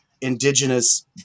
indigenous